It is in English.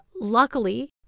Luckily